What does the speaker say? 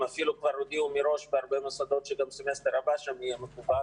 הם אפילו כבר הודיעו מראש בהרבה מוסדות שגם הסמסטר הבא שם יהיה מקוון